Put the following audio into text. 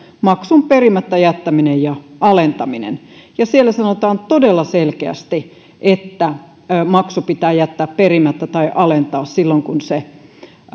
maksun perimättä jättäminen ja alentaminen ja siellä sanotaan todella selkeästi että maksu pitää jättää perimättä tai alentaa silloin kun se